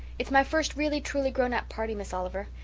it's my first really-truly grown-up party, miss oliver,